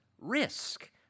risk